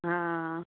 हां